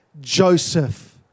Joseph